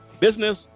business